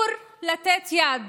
אסור לתת יד,